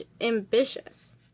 ambitious